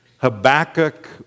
Habakkuk